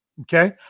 Okay